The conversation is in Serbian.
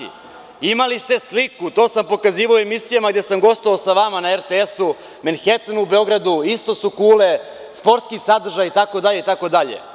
Imali ste sliku, to sam pokazivao i u emisijama gde sam gostovao sa vama na RTS-u, Menhetn u Beogradu, isto su kule, sportski sadržaji itd, itd.